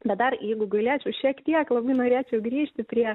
bet dar jeigu galėčiau šiek tiek labai norėčiau grįžti prie